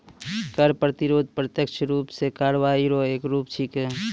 कर प्रतिरोध प्रत्यक्ष रूप सं कार्रवाई रो एक रूप छिकै